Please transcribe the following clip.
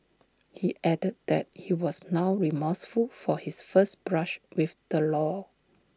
he added that he was now remorseful for his first brush with the law